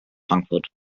frankfurt